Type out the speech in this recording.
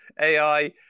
AI